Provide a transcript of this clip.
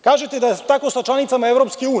Kažete da je tako sa članicama EU.